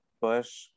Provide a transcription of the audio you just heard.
Bush